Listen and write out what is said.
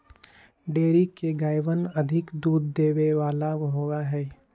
dairy के गायवन अधिक दूध देवे वाला होबा हई